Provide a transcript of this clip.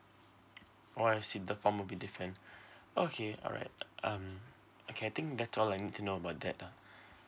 oh I see the form will be different okay alright um okay I think that's all I need to know about that lah